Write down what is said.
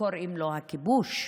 שקוראים לו הכיבוש.